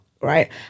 Right